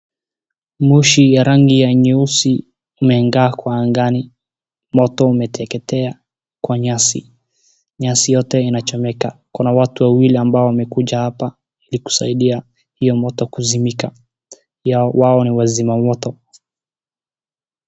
Moshi ya rangi ya nyeusi imeangaa kwa angani. Moto umeteketea kwa nyasi. Nyasi yote inachomeka. Kuna watu wawili ambao wamekuja hapa ili kusaidia hiyo moto kuzimika. Wao ni wazimamoto.